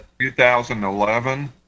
2011